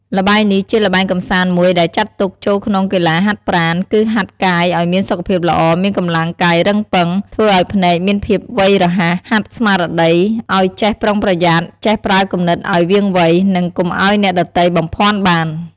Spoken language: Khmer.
ល្បែងនេះ ជាល្បែងកំសាន្តមួយដែលចាត់ចូលក្នុងកីឡាហាត់ប្រាណ គឺហាត់កាយឲ្យមានសុខភាពល្អ មានកម្លាំងកាយរឹងប៉ឹង ធ្វើឲ្យភ្នែកមានភាពវៃរហ័ស ហាត់ស្មារតីឲ្យចេះប្រុងប្រយ័ត្ន ចេះប្រើគំនិតឲ្យវាងវៃ និងកុំឲ្យអ្នកដទៃបំភ័ន្តបាន។